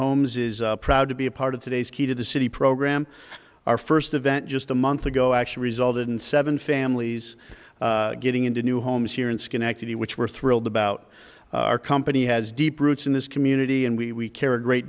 holmes is proud to be a part of today's key to the city program our first event just a month ago actually resulted in seven families getting into new homes here in schenectady which we're thrilled about our company has deep roots in this community and we care a great